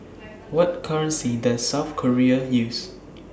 What currency Does South Korea use